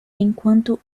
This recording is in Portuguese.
enquanto